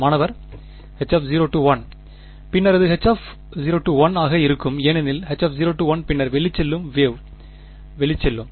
மாணவர் H0 பின்னர் அது H0 ஆக இருக்கும் ஏனெனில் H0 பின்னர் வெளிச்செல்லும் வேவ் வெளிச்செல்லும்